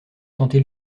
tenté